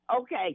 Okay